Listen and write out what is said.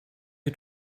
you